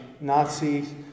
Nazis